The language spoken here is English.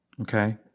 okay